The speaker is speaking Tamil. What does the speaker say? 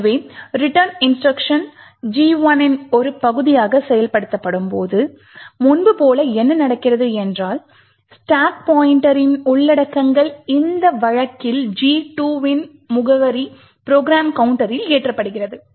எனவே return இன்ஸ்ட்ருக்ஷன் G 1 இன் ஒரு பகுதியாக செயல்படுத்தப்படும் போது முன்பு போல என்ன நடக்கிறது என்றால் ஸ்டாக் பாய்ண்ட்டர் இன் உள்ளடக்கங்கள் இந்த வழக்கில் G2 இன் முகவரி ப்ரோக்ராம் கவுண்டரில் ஏற்றப்படுகிறது